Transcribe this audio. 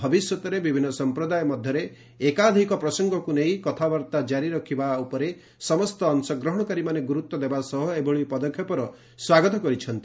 ଭବିଷ୍ୟତରେ ବିଭିନ୍ନ ସମ୍ପ୍ରଦାୟ ମଧ୍ୟରେ ଏକାଧିକ ପ୍ରସଙ୍ଗକୁ ନେଇ କଥାବାର୍ତ୍ତା ଜାରି ରଖିବା ଉପରେ ସମସ୍ତ ଅଂଶଗ୍ରହଣକାରୀମାନେ ଗୁରୁତ୍ୱ ଦେବା ସହ ଏଭଳି ପଦକ୍ଷେପର ସ୍ୱାଗତ କରିଛନ୍ତି